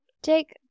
Jake